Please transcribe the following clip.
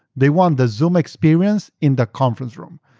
they want the zoom experience in the conference room.